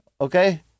okay